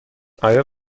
آیا